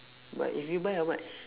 but if you buy how much